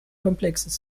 komplexes